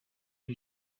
une